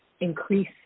increase